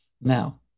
Now